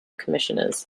commissioners